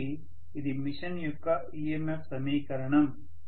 కాబట్టి ఇది మెషిన్ యొక్క EMF సమీకరణం